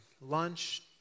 lunch